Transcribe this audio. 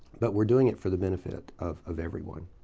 but we're doing it for the benefit of of everyone.